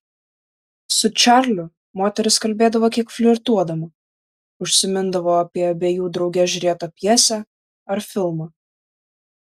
su čarliu moteris kalbėdavo kiek flirtuodama užsimindavo apie abiejų drauge žiūrėtą pjesę ar filmą